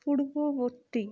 পূর্ববর্তী